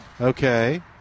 Okay